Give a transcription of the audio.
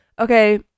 okay